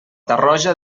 tarroja